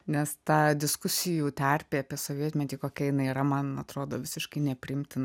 nes ta diskusijų terpė apie sovietmetį kokia jinai yra man atrodo visiškai nepriimtina